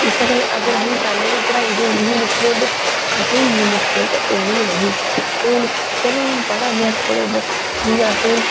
इस्सै गल्ला अगर अहेंगी पैहले गै पढ़ाई दी होंदी ही निक्के होंदे असेंगी इन्नी मुश्कल ते औनी गै नेही हून चलो हून जि'यां असें हून